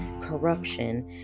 corruption